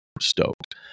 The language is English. stoked